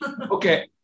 Okay